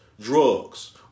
drugs